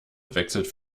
wechselt